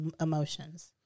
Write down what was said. emotions